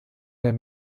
der